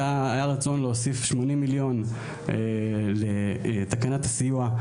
היה רצון להוסיף 80 מיליון לתקנת הסיוע,